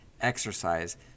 exercise